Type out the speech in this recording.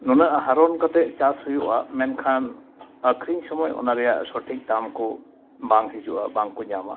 ᱱᱩᱱᱟᱹᱜ ᱦᱟᱨᱚᱱ ᱠᱟᱛᱮ ᱪᱟᱥ ᱦᱩᱭᱩᱜᱼᱟ ᱢᱮᱱᱠᱷᱟᱱ ᱟᱹᱠᱷᱨᱤᱧ ᱥᱚᱢᱚᱭ ᱚᱱᱟ ᱨᱮᱭᱟᱜ ᱥᱚᱴᱷᱤᱠ ᱫᱟᱢᱠᱚ ᱵᱟᱝ ᱦᱤᱡᱩᱜᱼᱟ ᱵᱟᱝᱠᱚ ᱧᱟᱢᱟ